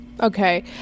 okay